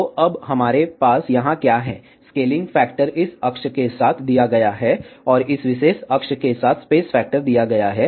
तो अब हमारे पास यहां क्या है स्केलिंग फैक्टर इस अक्ष के साथ दिया गया है और इस विशेष अक्ष के साथ स्पेस फैक्टर दिया गया है